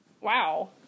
Wow